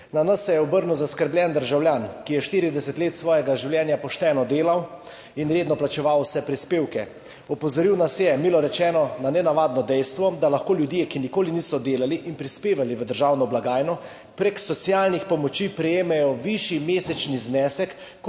Na nas se je obrnil zaskrbljen državljan, ki je 40 let svojega življenja pošteno delal in redno plačeval vse prispevke. Opozoril nas je, milo rečeno, na nenavadno dejstvo, da lahko ljudje, ki nikoli niso delali in prispevali v državno blagajno, prek socialnih pomoči prejemajo višji mesečni znesek